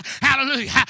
Hallelujah